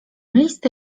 listy